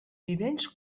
vivents